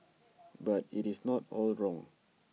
but IT is not all wrong